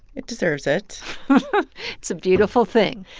it deserves it it's a beautiful thing.